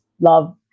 love